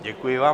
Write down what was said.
Děkuji vám.